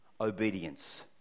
obedience